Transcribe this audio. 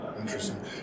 Interesting